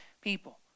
people